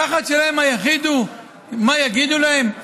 הפחד היחיד שלהן הוא מה יגידו להן,